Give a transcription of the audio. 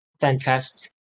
Fantastic